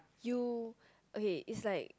you okay is like